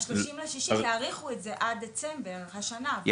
ב-30 ביוני יאריכו את זה עד דצמבר השנה.